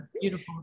beautiful